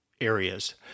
areas